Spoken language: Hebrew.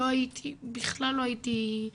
לא הייתי בכלל לא הייתי,